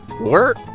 work